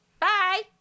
Bye